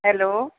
hello